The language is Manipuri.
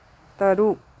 ꯇꯔꯨꯛ